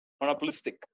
monopolistic